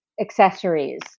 accessories